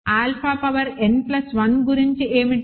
alpha power n plus 1 గురించి ఏమిటి